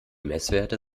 messwerte